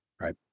right